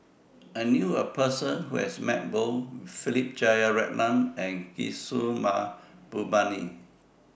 I knew A Person Who has Met Both Philip Jeyaretnam and Kishore Mahbubani